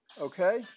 Okay